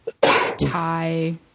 thai